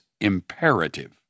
imperative